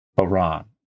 Iran